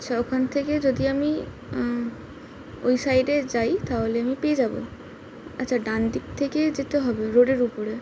আচ্ছা ওখান থেকে যদি আমি ওই সাইডে যাই তাহলে আমি পেয়ে যাবো আচ্ছা ডানদিক থেকে যেতে হবে রোডের উপরে